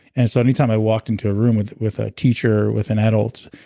and so any time i walked into a room with with a teacher, with an adult,